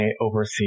oversee